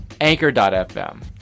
Anchor.fm